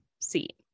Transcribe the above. seat